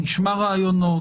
נשמע רעיונות.